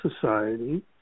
Society